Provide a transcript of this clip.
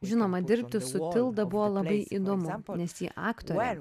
žinoma dirbti su milda buvo labai įdomu nes ji aktorė